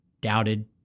Doubted